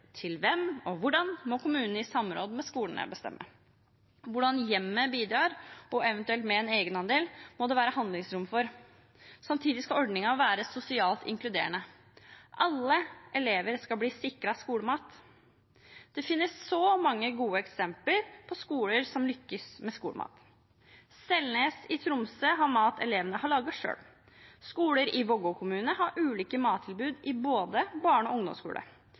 til hvem og hvordan, må kommunene i samråd med skolene bestemme. At hjemmet bidrar, og eventuelt med en egenandel, må det være handlingsrom for. Samtidig skal ordningen være sosialt inkluderende. Alle elever skal bli sikret skolemat. Det finnes mange gode eksempler på skoler som lykkes med skolemat. Selnes skole i Tromsø har mat elevene har laget selv. Skoler i Vågå kommune har ulike mattilbud i både barne- og ungdomsskole.